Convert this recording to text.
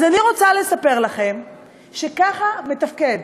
אז אני רוצה לספר לכם שככה מתפקד